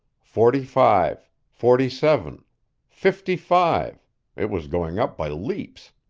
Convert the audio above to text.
forty-five forty-seven fifty-five it was going up by leaps.